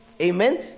Amen